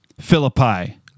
Philippi